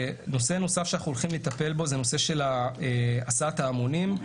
נושא נוסף שאנחנו הולכים לטפל בו הוא נושא הסעת ההמונים.